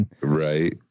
Right